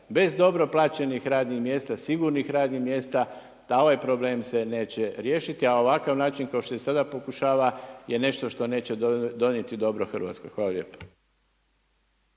Bez dobro plaćenih radnih mjesta sigurnih radnih mjesta ovaj problem se neće riješiti, a ovakav način kao što se sada pokušava je nešto što neće donijeti dobro Hrvatskoj. Hvala lijepa.